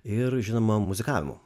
ir žinoma muzikavimu